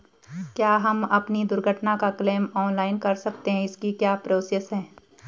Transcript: क्या हम अपनी दुर्घटना का क्लेम ऑनलाइन कर सकते हैं इसकी क्या प्रोसेस है?